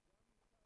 ביום שני,